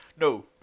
No